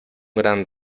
gran